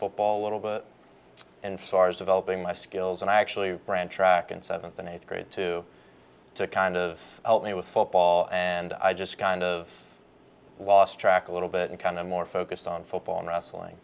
football little bit and stars developing my skills and i actually ran track in seventh and eighth grade to kind of help me with football and i just kind of lost track a little bit and kind of more focused on football and wrestling